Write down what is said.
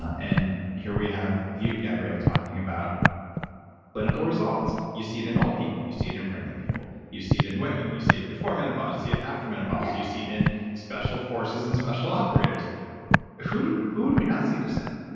and here we have you, gabrielle talking about clinical results. you see it in old people. you see it in pregnant people. you see it in women and you see it before menopause. you see it after menopause. you see it in special forces and special operators who do we not see this in?